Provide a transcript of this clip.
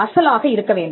அசலாக இருக்க வேண்டும்